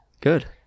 Good